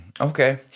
Okay